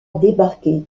débarquer